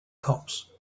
cops